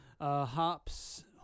hops